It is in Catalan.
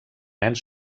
nens